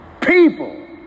People